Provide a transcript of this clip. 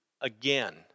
again